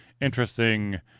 interesting